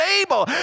able